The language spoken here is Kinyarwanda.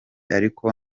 ariko